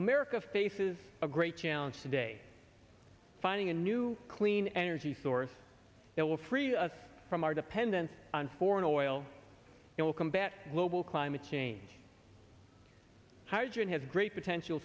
america faces a great challenge today finding a new clean energy source that will free us from our dependence on foreign oil it will combat global climate change hydrogen has great potential